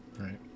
right